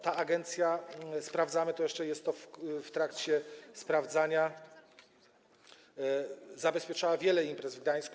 Ta agencja - sprawdzamy to, jeszcze jest to w trakcie sprawdzania - zabezpieczała wiele imprez w Gdańsku.